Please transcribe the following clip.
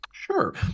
Sure